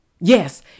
Yes